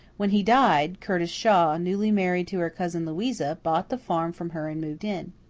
when he died, curtis shaw, newly married to her cousin louisa, bought the farm from her and moved in.